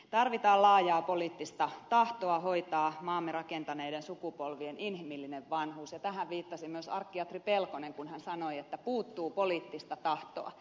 tarvitaan laajaa poliittista tahtoa hoitaa maamme rakentaneiden sukupolvien inhimillinen vanhuus ja tähän viittasi myös arkkiatri pelkonen kun hän sanoi että puuttuu poliittista tahtoa